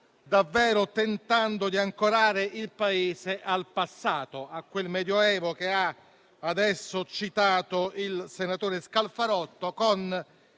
davvero tentando di ancorare il Paese al passato, a quel Medioevo che ha adesso citato il senatore Scalfarotto, con